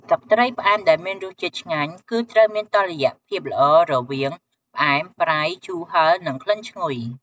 ទឹកត្រីផ្អែមដែលមានរសជាតិឆ្ងាញ់ គឺត្រូវមានតុល្យភាពល្អរវាង ផ្អែម ប្រៃ ជូរ ហិរ និងក្លិនឈ្ងុយ។